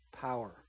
power